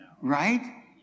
right